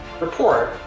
report